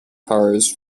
cars